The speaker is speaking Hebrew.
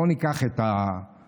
בואו ניקח את יאיר,